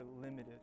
limited